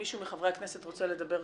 אם מישהו מחברי הכנסת רוצה לדבר,